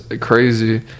crazy